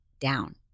down